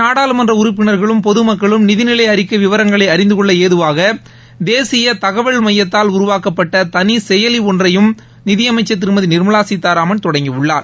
நாடாளுமன்ற உறுப்பினர்களும் பொது மக்களும் நிதிநிலை அறிக்கை விவரங்களை அறிந்தகொள்ள ஏதுவாக தேசிய தகவல் மையத்தால் உருவாக்கப்பட்ட தனி செயலி ஒன்றையும் நிதி அமைச்சர் திருமதி நிர்மலா சீதாராமன் தொடங்கி உள்ளார்